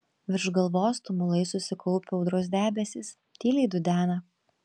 virš galvos tumulais susikaupę audros debesys tyliai dudena